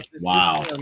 Wow